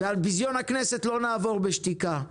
על ביזיון הכנסת לא נעבור בשתיקה.